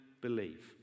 believe